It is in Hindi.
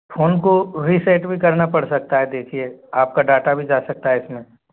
फ़ोन को रीसेट भी करना पड़ सकता है देखिए आपका डाटा भी जा सकता है इसमें